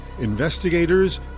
investigators